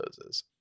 closes